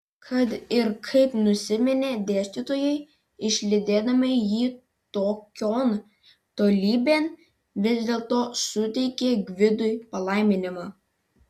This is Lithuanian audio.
kad ir kaip nusiminė dėstytojai išlydėdami jį tokion tolybėn vis dėlto suteikė gvidui palaiminimą